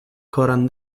koran